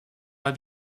pas